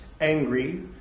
angry